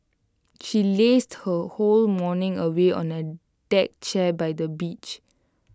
she lazed her whole morning away on A deck chair by the beach